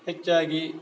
ಹೆಚ್ಚಾಗಿ